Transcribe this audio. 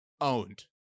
owned